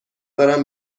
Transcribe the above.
دارم